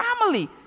family